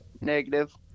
Negative